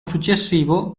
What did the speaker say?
successivo